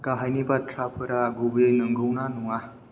गाहायनि बाथ्राफोरा गुबैयै नोंगौ ना नङा